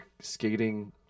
skating